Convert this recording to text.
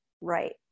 right